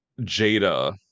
jada